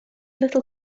little